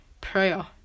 prayer